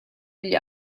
agli